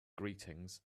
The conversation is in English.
greetings